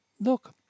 Look